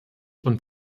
und